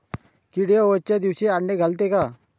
किडे अवसच्या दिवशी आंडे घालते का?